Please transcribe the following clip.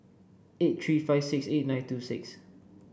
eight three five six eight nine two six